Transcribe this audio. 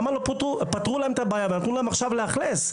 פתרו להם את הבעיה ונתנו להם לאכלס.